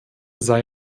sei